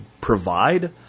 provide